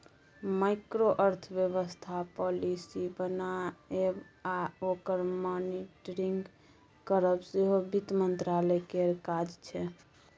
micro अर्थबेबस्था policy बनाएब आ ओकर मॉनिटरिंग करब सेहो बित्त मंत्रालय केर काज छै